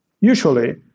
Usually